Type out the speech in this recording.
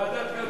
ועדת כלכלה.